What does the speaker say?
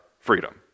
freedom